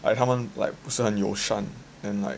他们 like 不是很有善 and like